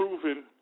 proven